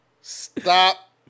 stop